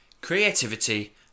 creativity